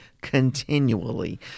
continually